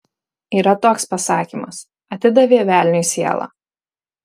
yra toks pasakymas atidavė velniui sielą